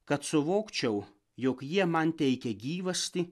kad suvokčiau jog jie man teikia gyvastį